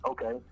Okay